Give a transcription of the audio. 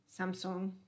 Samsung